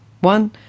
One